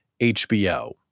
HBO